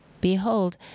Behold